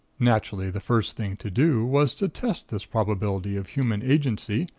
naturally, the first thing to do, was to test this probability of human agency,